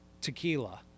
tequila